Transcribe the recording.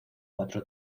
cuatro